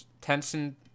tension